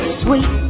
sweet